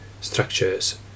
structures